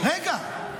רגע.